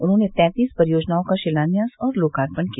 उन्होने तैंतीस परियोजनाओं का शिलान्यास और लोकार्पण किया